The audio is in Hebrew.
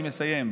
אני מסיים,